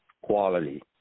quality